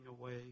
away